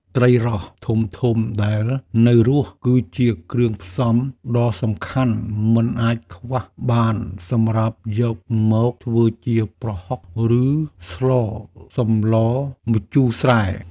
ត្រីរ៉ស់ធំៗដែលនៅរស់គឺជាគ្រឿងផ្សំដ៏សំខាន់មិនអាចខ្វះបានសម្រាប់យកមកធ្វើជាប្រហុកឬស្លសម្លម្ជូរស្រែ។